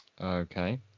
Okay